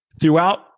throughout